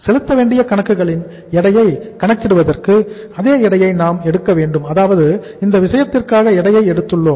செலுத்தவேண்டிய கணக்குகளின் எடையை கணக்கிடுவதற்கு அதே எடையை நாம் எடுக்க வேண்டும் அதாவது இந்த விஷயத்திற்காக எடையை எடுத்துள்ளோம்